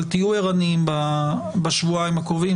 אבל תהיו ערניים בשבועיים הקרובים,